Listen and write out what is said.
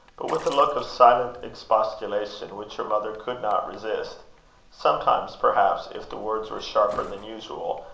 but with a look of silent expostulation which her mother could not resist sometimes, perhaps, if the words were sharper than usual,